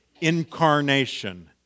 incarnation